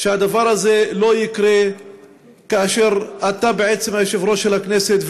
שהדבר הזה לא יקרה כאשר אתה בעצם היושב-ראש של הכנסת,